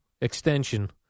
extension